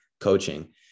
coaching